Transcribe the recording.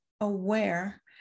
aware